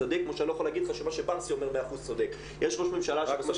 ואני כן רוצה לנצל את הבמה הזאת,